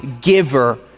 giver